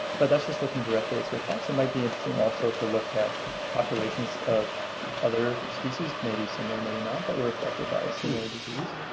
but that's just looking directly at swift fox. so it might be interesting also, to look at populations of other species may be similar maybe not, that were affected by a similar disease,